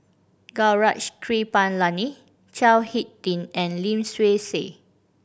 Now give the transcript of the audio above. Gaurav Kripalani Chao Hick Tin and Lim Swee Say